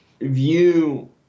view